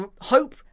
hope